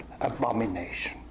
abomination